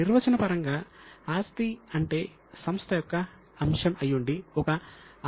నిర్వచనపరంగా ఆస్తి అంటే సంస్థ యొక్క అంశం అయ్యుండి ఒక ఆర్థిక విలువను కలిగి ఉండాలి